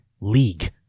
league